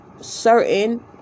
certain